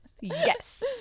Yes